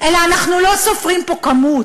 אלא אנחנו לא סופרים פה כמות.